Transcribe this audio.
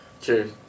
Cheers